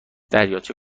دریاچه